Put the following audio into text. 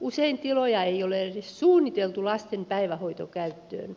usein tiloja ei ole edes suunniteltu lasten päivähoitokäyttöön